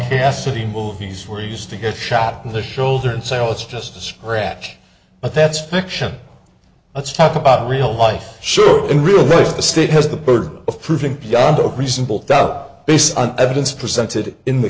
cassidy movies where he used to get shot in the shoulder and say oh it's just a scratch but that's fiction let's talk about real life sure in real life the state has the burden of proving pianta reasonable doubt based on evidence presented in the